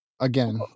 Again